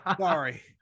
Sorry